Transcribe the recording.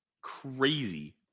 crazy